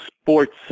sports